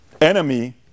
enemy